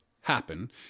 happen